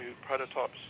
prototypes